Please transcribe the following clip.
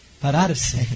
pararse